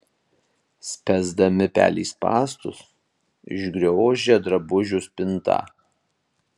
spęsdami pelei spąstus išgriozdžia drabužių spintą